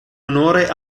onore